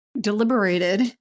deliberated